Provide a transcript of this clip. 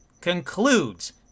concludes